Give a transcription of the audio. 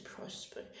prosper